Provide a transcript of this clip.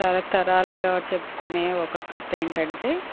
తరతరాలుగా చెప్పుకునే ఒక కథ ఏంటి అంటే